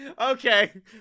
Okay